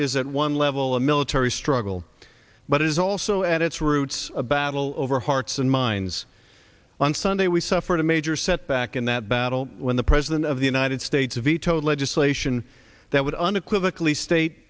is at one level a military struggle but is also at its roots a battle over hearts and minds on sunday we suffered a major setback in that battle when the president of the united states vetoed legislation that would unequivocally state